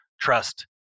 trust